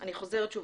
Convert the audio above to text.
אני חוזרת שוב,